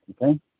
okay